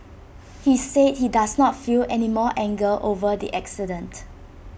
he said he does not feel any more anger over the accident